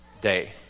day